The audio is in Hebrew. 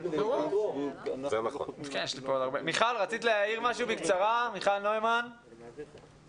מיכל נוימן, מ"מ